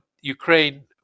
Ukraine